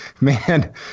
Man